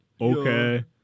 okay